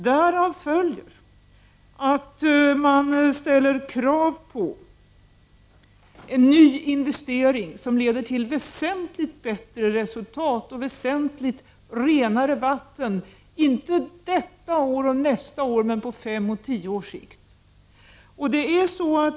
Därav följer att man ställer krav på en ny investering, som leder till väsentligt bättre resultat och väsentligt renare vatten, inte detta år och nästa år men på fem och tio års sikt.